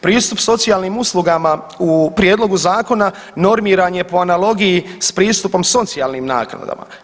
Pristup socijalnim uslugama u prijedlogu zakona normiran je po analogiji s pristupom socijalnim naknadama.